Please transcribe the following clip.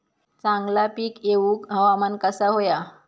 चांगला पीक येऊक हवामान कसा होया?